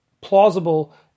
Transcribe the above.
plausible